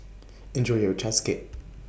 Enjoy your Ochazuke